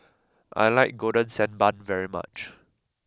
I like Golden Sand Bun very much